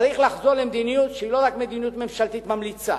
צריך לחזור למדיניות שהיא לא רק מדיניות ממשלתית ממליצה.